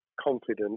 confident